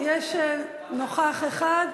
יש נוכח אחד.